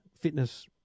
fitness